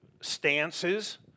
stances